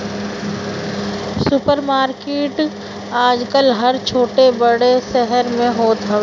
super market आजकल हर छोट बड़ शहर में होत हवे